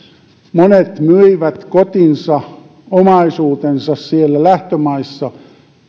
monet myivät kotinsa ja omaisuutensa siellä lähtömaissa